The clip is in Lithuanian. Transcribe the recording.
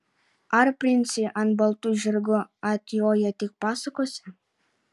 ar princai ant baltų žirgų atjoja tik pasakose